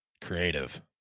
creative